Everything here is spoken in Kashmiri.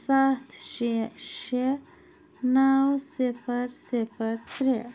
سَتھ شےٚ شےٚ نو صِفر صِفر ترٛےٚ